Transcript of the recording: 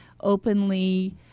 openly